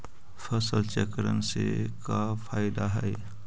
फसल चक्रण से का फ़ायदा हई?